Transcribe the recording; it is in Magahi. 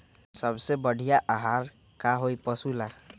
सबसे बढ़िया आहार का होई पशु ला?